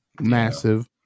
massive